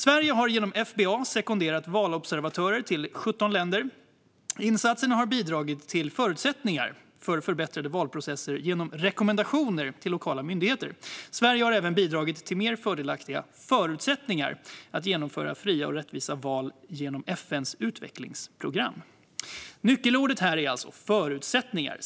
"Sverige har genom FBA sekonderat valobservatörer till insatser i 17 länder. Insatserna har bidragit till förutsättningar för förbättrade valprocesser genom rekommendationer till lokala myndigheter. Sverige har även bidragit till mer fördelaktiga förutsättningar att genomföra fria och rättvisa val genom FN:s utvecklingsprogram." Nyckelordet här är alltså förutsättningar.